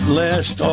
last